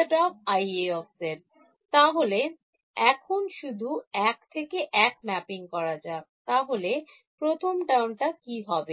− EziA তাহলে এখন শুধু এক থেকে এক ম্যাপিংকরা যাক তাহলে প্রথম Term টা কি হবে